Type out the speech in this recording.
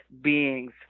beings